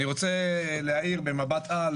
אני רוצה להעיר במבט על,